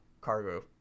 cargo